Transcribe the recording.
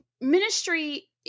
Ministry